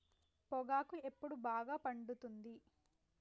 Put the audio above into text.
పొగాకు ఎప్పుడు బాగా పండుతుంది?